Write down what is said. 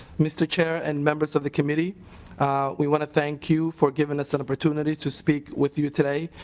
mr. chair and members of the committee we want to thank you for giving us the opportunity to speak with you today.